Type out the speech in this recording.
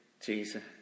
Jesus